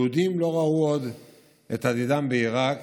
יהודים לא ראו עוד את עתידם בעיראק